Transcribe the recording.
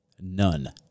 None